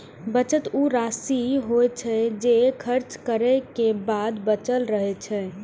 बचत ऊ राशि होइ छै, जे खर्च करै के बाद बचल रहै छै